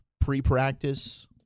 pre-practice